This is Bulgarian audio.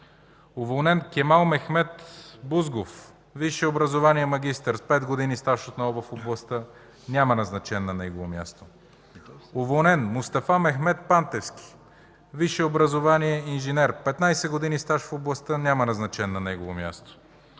Уволнен: Кемал Мехмед Бузгов. Висше образование магистър, с пет години стаж отново в областта. Няма назначен на негово място. Уволнен: Мустафа Мехмед Пантевски. Висше образование – инженер, 15 години стаж в областта. Няма назначен на негово място.